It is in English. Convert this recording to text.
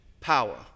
power